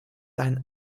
ein